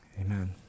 amen